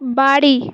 বাড়ি